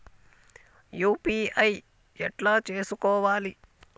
UPI ఎట్లా చేసుకోవాలి?